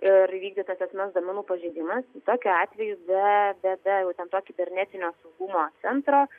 ir įvykdytas asmens duomenų pažeidimas tokiu atveju be be be jau ten tokio kibernetinio saugumo centro